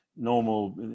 Normal